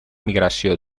migració